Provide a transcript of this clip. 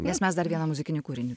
nes mes dar vieną muzikinį kūrinį